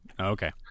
Okay